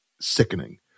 sickening